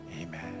Amen